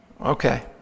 Okay